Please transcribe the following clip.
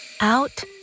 out